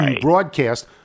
broadcast